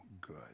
good